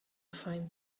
find